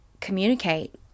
communicate